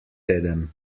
teden